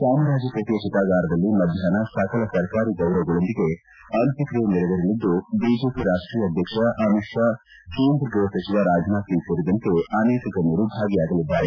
ಚಾಮರಾಜಪೇಟೆಯ ಚಿತಾಗಾರದಲ್ಲಿ ಮಧ್ಯಾಪ್ನ ಸಕಲ ಸರ್ಕಾರಿ ಗೌರವಗಳೊಂದಿಗೆ ಅಂತ್ಯಕ್ತಿಯೆ ನೆರವೇರಲಿದ್ದು ಬಿಜೆಪಿ ರಾಷ್ಟೀಯ ಅಧ್ಯಕ್ಷ ಅಮಿತ್ ಷಾ ಕೇಂದ್ರ ಗೃಹ ಸಚಿವ ರಾಜನಾಥ್ ಸಿಂಗ್ ಸೇರಿದಂತೆ ಅನೇಕ ಗಣ್ಣರು ಭಾಗಿಯಾಗಲಿದ್ದಾರೆ